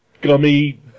gummy